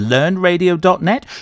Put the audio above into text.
LearnRadio.net